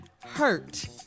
Hurt